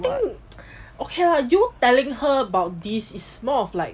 I think okay lah you telling her about this is more of like